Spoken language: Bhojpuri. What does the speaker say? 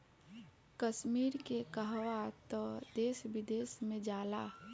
कश्मीर के कहवा तअ देश विदेश में जाला